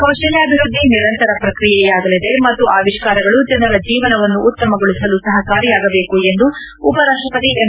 ಕೌಶಲ್ಯಾಭಿವೃದ್ದಿ ನಿರಂತರ ಪ್ರಕ್ರಿಯೆಯಾಗಲಿದೆ ಮತ್ತು ಆವಿಷ್ಕಾರಗಳು ಜನರ ಜೀವನವನ್ನು ಉತ್ತಮಗೊಳಿಸಲು ಸಹಕಾರಿಯಾಗಬೇಕು ಎಂದು ಉಪರಾಷ್ಟ ಪತಿ ಎಂ